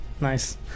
Nice